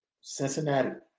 Cincinnati